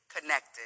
connected